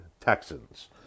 Texans